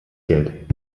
geld